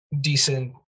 decent